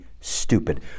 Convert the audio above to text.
stupid